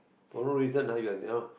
no for no reason ah you are you know